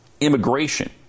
immigration